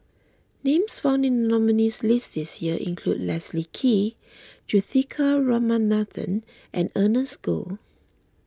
names found in the nominees' list this year include Leslie Kee Juthika Ramanathan and Ernest Goh